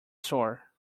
store